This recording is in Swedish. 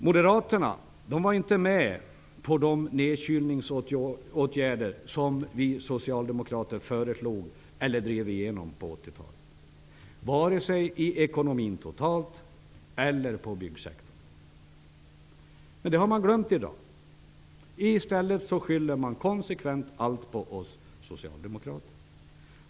Moderaterna var inte med på de nedkylningsåtgärder som vi socialdemokrater föreslog och/eller drev igenom på 80-talet, varken i ekonomin totalt eller inom byggsektorn. Det har man glömt i dag. I stället skyller man konsekvent allt på oss socialdemokrater.